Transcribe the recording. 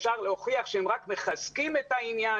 אפשר להוכיח שהם רק מחזקים את העניין.